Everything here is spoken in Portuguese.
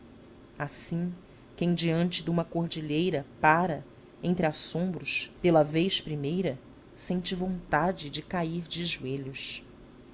assim quem diante duma cordilheira pára entre assombros pela vez primeira sente vontade de cair de joelhos